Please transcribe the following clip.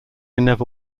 never